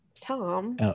Tom